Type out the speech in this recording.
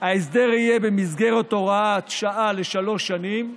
2. ההסדר יהיה במסגרת הוראת שעה לשלוש שנים,